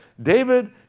David